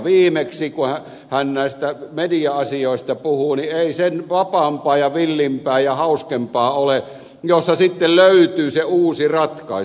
viimeksi kun hän näistä media asioista puhui niin ei sen vapaampaa ja villimpää ja hauskempaa ole jossa sitten löytyy se uusi ratkaisu